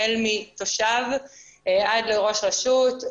החל מתושב עד לראש רשות,